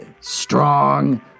strong